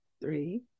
three